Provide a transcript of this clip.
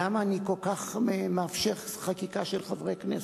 למה אני כל כך מאפשר חקיקה של חברי כנסת,